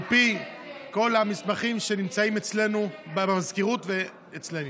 על פי כל המסמכים שנמצאים אצלנו, במזכירות ואצלנו.